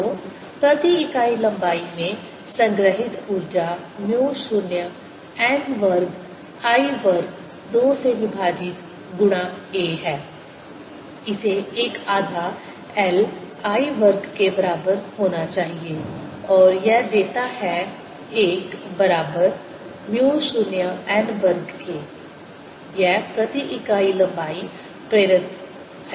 तो प्रति इकाई लंबाई में संग्रहित ऊर्जा म्यू 0 n वर्ग I वर्ग 2 से विभाजित गुणा a है इसे एक आधा L I वर्ग के बराबर होना चाहिए और यह देता है l बराबर म्यू 0 n वर्ग के यह प्रति इकाई लंबाई प्रेरकत्व है